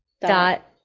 dot